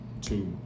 Two